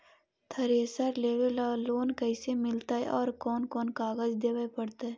Thresher लेबे ल loan कैसे मिलतइ और कोन कोन कागज देबे पड़तै?